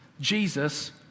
Jesus